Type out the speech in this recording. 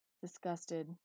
disgusted